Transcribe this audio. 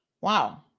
Wow